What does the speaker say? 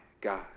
God